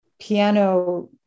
piano